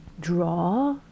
draw